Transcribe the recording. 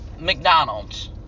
McDonald's